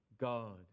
God